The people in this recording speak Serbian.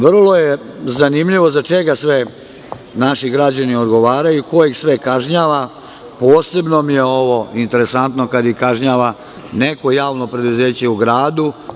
Vrlo je zanimljivo za čega sve naši građani odgovaraju, ko ih sve kažnjava, posebno mi je ovo interesantno, kad ih kažnjava neko javno preduzeće u gradu.